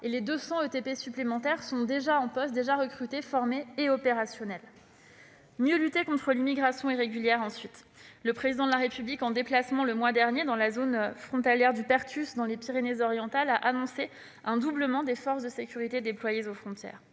et ces 200 ETP supplémentaires sont déjà en poste, recrutés, formés, opérationnels. Mieux lutter contre l'immigration irrégulière, ensuite : le Président de la République, en déplacement le mois dernier dans la zone frontalière du Perthus, dans les Pyrénées-Orientales, a annoncé un doublement des forces de sécurité déployées aux frontières.